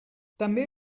també